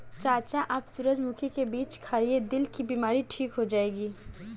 चाचा आप सूरजमुखी के बीज खाइए, दिल की बीमारी ठीक हो जाएगी